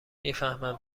میفهمم